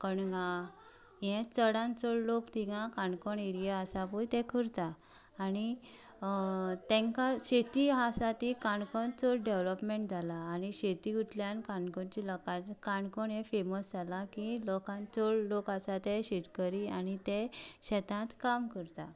कणगां हें चडांत चड लोक थंय काणकोण एरिया आसा पळय ते करता आनी तांका शेती आसा ती काणकोण चड डॅवेलपमेंट जाला आनी शेतींतल्यान काणकोणच्या लोकांचे काणकोण हें फॅमस जालां की चड लोक आसा ते शेतकरी आनी ते शेतांत काम करता